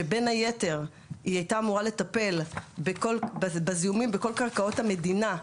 שבין היתר היא הייתה אמורה לטפל בזיהומים בכל קרקעות המדינה,